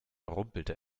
rumpelte